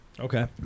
Okay